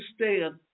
understand